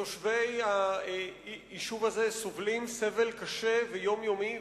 תושבי היישוב הזה סובלים סבל קשה ויומיומי,